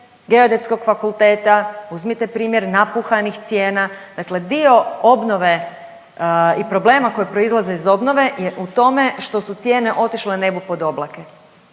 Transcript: Geodetskog fakulteta, uzmite primjer napuhanih cijena. Dakle, dio obnove i problema koji proizlaze iz obnove je u tome što su cijene otišle nebu pod oblake.